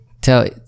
tell